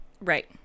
Right